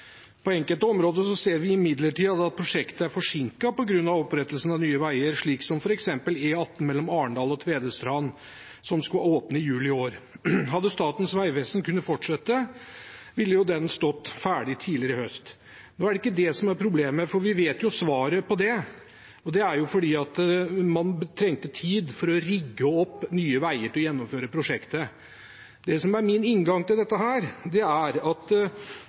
enkelte områder ser vi imidlertid at prosjekter er forsinket på grunn av opprettelsen av Nye Veier, slik som f.eks. E18 Arendal–Tvedestrand, som skulle åpne i juli i år. Hadde Statens vegvesen kunnet fortsette, ville den stått ferdig tidligere enn til høsten. Nå er det ikke det som er problemet, for vi vet jo svaret på det – det er at man trengte tid for å rigge opp Nye Veier til å gjennomføre prosjektet. Det som er min inngang til dette, er at da regjeringen opprettet Nye Veier, var en av målsettingene at